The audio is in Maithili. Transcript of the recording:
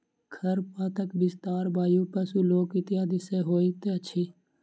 खरपातक विस्तार वायु, पशु, लोक इत्यादि सॅ होइत अछि